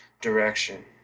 direction